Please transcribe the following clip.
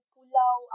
Pulau